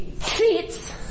Seats